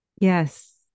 Yes